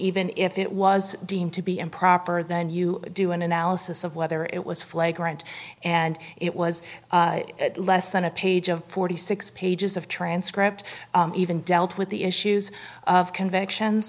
even if it was deemed to be improper then you do an analysis of whether it was flagrant and it was less than a page of forty six pages of transcript even dealt with the issues of convictions